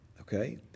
okay